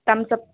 thumps up